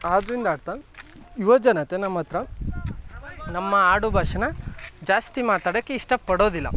ಆದ್ದರಿಂದ ಆತ ಯುವಜನತೆ ನಮ್ಮ ಹತ್ರ ನಮ್ಮ ಆಡುಭಾಷೆನ ಜಾಸ್ತಿ ಮಾತಾಡಕ್ಕೆ ಇಷ್ಟಪಡೋದಿಲ್ಲ